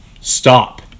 stop